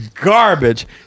garbage